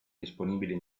disponibili